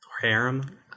Harem